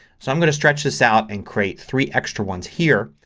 so i'm going to stretch this out and create three extra ones here.